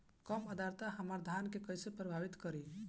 कम आद्रता हमार धान के कइसे प्रभावित करी?